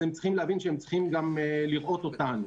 הם להבין שהם צריכים לראות גם אותנו.